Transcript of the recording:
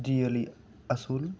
ᱡᱤᱭᱟᱹᱞᱤ ᱟᱹᱥᱩᱞ